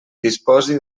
disposi